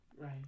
right